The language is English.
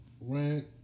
rent